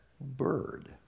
Bird